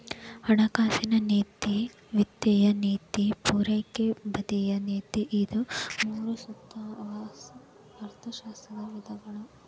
ಹಣಕಾಸಿನ ನೇತಿ ವಿತ್ತೇಯ ನೇತಿ ಪೂರೈಕೆ ಬದಿಯ ನೇತಿ ಇವು ಮೂರೂ ಸ್ಥೂಲ ಅರ್ಥಶಾಸ್ತ್ರದ ವಿಧಗಳು